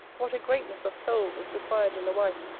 what a greatness of soul, is required in the wife,